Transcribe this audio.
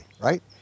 right